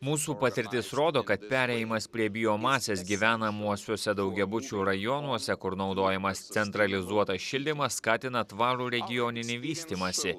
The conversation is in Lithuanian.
mūsų patirtis rodo kad perėjimas prie biomasės gyvenamuosiuose daugiabučių rajonuose kur naudojamas centralizuotas šildymas skatina tvarų regioninį vystymąsi